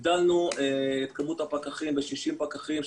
הגדלנו את כמות הפקחים ב-60 פקחים,